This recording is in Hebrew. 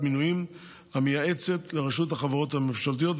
מינויים המייעצת לרשות החברות הממשלתיות,